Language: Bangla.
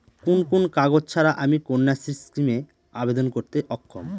কোন কোন কাগজ ছাড়া আমি কন্যাশ্রী স্কিমে আবেদন করতে অক্ষম?